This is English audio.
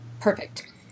Perfect